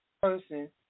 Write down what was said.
person